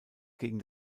gegen